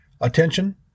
attention